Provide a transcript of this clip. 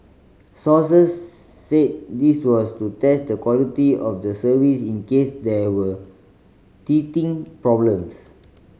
sources said this was to test the quality of the service in case there were teething problems